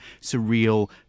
surreal